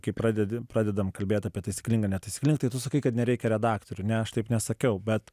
kai pradedi pradedam kalbėt apie taisyklingą netaisyklingą tai tu sakai kad nereikia redaktorių ne aš taip nesakiau bet